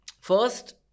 first